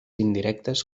indirectes